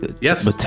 yes